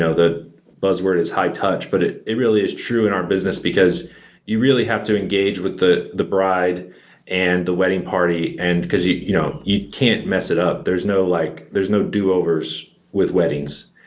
the buzzword is high touch, but it it really is true in our business because you really have to engage with the the bride and the wedding party and because you you know you can't mess it up. there's no like there's no do-overs with weddings,